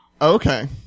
Okay